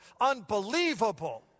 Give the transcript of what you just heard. unbelievable